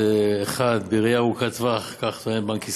1. בראייה ארוכת טווח, כך טוען בנק ישראל,